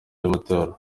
y’amatora